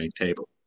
table